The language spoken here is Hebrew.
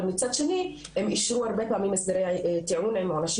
אבל מצד שני הם אישרו הרבה פעמים הסדרי טיעון עם עונשים